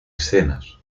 escenas